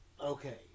okay